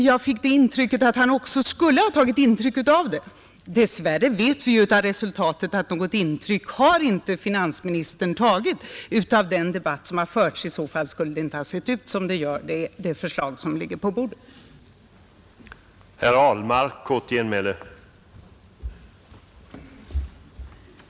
Jag fick den känslan att han också skulle ha tagit intryck av debatten. Dess värre vet vi av resultatet att något intryck har finansministern inte tagit av den debatt som har förts. I så fall skulle det förslag som nu ligger på riksdagens bord inte se ut som det gör.